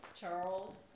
Charles